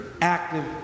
active